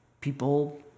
People